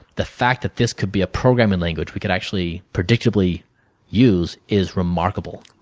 the fact that this could be a programing language we could actually predictably use is remarkable.